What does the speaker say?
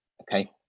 Okay